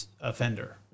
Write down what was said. offender